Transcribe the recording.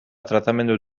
tratamendu